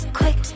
quick